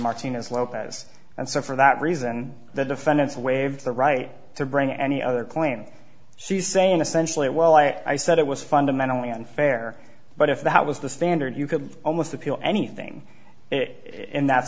martina's lopez and so for that reason the defendants waived the right to bring any other claim she's saying essentially well i said it was fundamentally unfair but if that was the standard you could almost appeal anything it in that